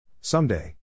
Someday